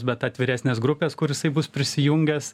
bet atviresnės grupės kur jisai bus prisijungęs